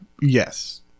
Yes